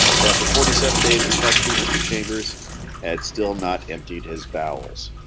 but after forty seven days in custody mr. chambers had still not emptied his bowels